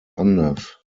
anders